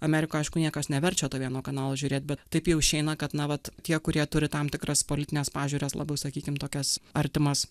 amerikoj aišku niekas neverčia to vieno kanalo žiūrėt bet taip jau išeina kad na vat tie kurie turi tam tikras politines pažiūras labiau sakykim tokias artimas